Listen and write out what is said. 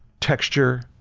texture,